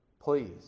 Please